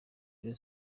rayon